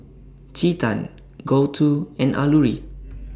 Chetan Gouthu and Alluri